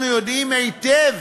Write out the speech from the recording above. אנחנו יודעים היטב